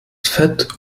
fett